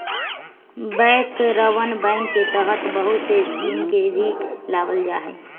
बैंकरवन बैंक के तहत बहुत से स्कीम के भी लावल जाहई